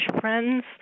friends